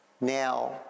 now